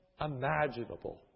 imaginable